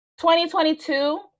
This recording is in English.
2022